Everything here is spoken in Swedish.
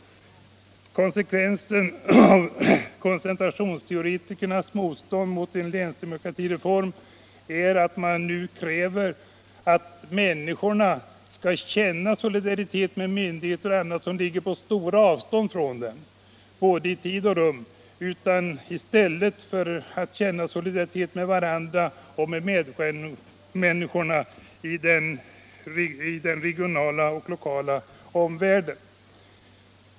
Konsekvensen av koncentrationsteoretikernas motstånd mot en länsdemokratireform är att man nu kräver av människorna att de skall känna solidaritet med myndigheter och annat som finns på stora avstånd från dem i både tid och rum i stället för att känna solidaritet med varandra, med människorna i den regionala och lokala omvärlden.